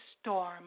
storm